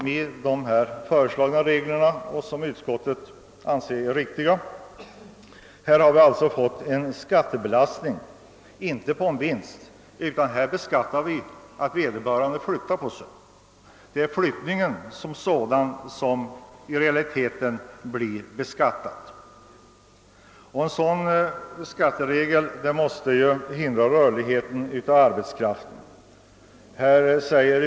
Med de föreslagna reglerna, som utskottet alltså anser vara riktiga, får vi här en beskattning inte på en vinst utan på det förhållandet att vederbörande flyttar; i realiteten är det flyttningen som sådan som beskattas. En sådan skatteregel måste begränsa arbetsmarknadens rörlighet.